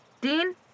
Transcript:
Dean